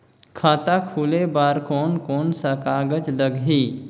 खाता खुले बार कोन कोन सा कागज़ लगही?